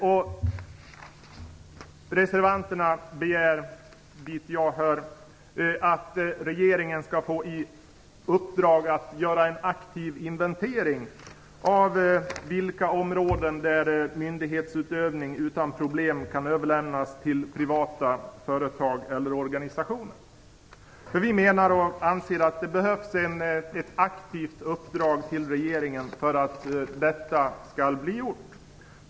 Vi reservanter begär att regeringen skall få i uppdrag att göra en aktiv inventering av de områden där myndighetsutövning utan problem kan överlämnas till privata företag eller organisationer. Vi anser att det behövs ett aktivt uppdrag till regeringen för att detta skall bli gjort.